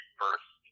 first